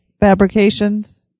fabrications